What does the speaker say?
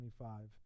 25